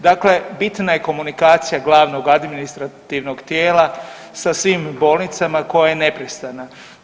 Dakle, bitna je komunikacija glavnog administrativnog tijela sa svim bolnicama koja je nepristrana.